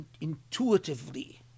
intuitively